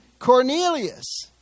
Cornelius